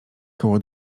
koło